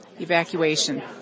Evacuation